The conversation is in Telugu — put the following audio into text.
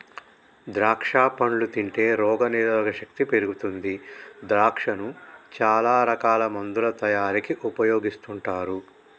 ద్రాక్షా పండ్లు తింటే రోగ నిరోధక శక్తి పెరుగుతుంది ద్రాక్షను చాల రకాల మందుల తయారీకి ఉపయోగిస్తుంటారు